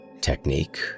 Technique